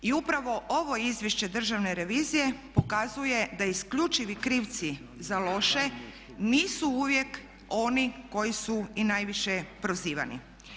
I upravo ovo izvješće državne revizije pokazuje da isključivi krivci za loše nisu uvijek oni koji su i najviše prozivani.